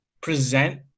present